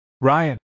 Ryan